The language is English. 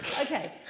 Okay